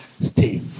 stay